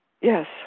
Yes